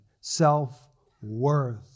self-worth